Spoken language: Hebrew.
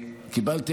קיבלתי,